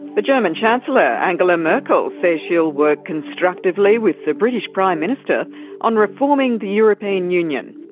but german chancellor angela merkel says she will work constructively with the british prime minister on reforming the european union.